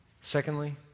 Secondly